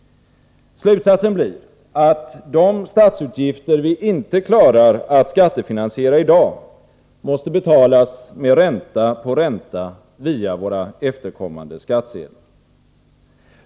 Slutsatsen blir att de statsutgifter vi inte klarar att skattefinansiera i dag måste betalas med ränta på ränta via våra efterkommandes skattsedlar.